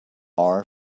our